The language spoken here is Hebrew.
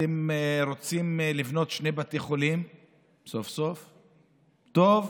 אתם רוצים לבנות שני בתי חולים סוף-סוף, טוב,